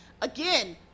again